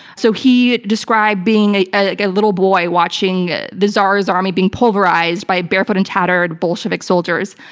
so he described being a ah little boy watching the czar's army being pulverized by barefoot and tattered bolshevik soldiers.